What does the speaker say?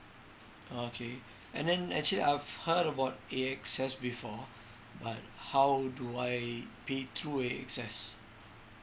okay and then actually I've heard about A X S before but how do I pay through A X S